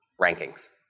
rankings